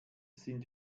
sind